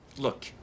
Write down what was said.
Look